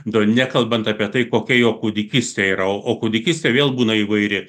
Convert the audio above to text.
nekalbant apie tai kokia jo kūdikyste yra o kūdikystė vėl būna įvairi